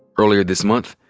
earlier this month,